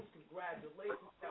Congratulations